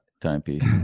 Timepiece